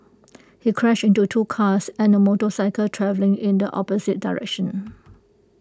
he crashed into two cars and A motorcycle travelling in the opposite direction